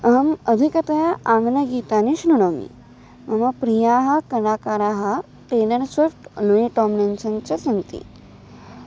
अहम् अधिकतया आङ्ग्लगीतानि शृणोमि मम प्रियाः कलाकाराः पेनण् सोफ़्ट् अन्वे तोमसन् च सन्ति